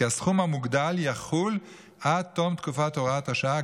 כי הסכום המוגדל יחול עד תום תקופת הוראת השעה,